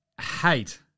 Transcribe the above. hate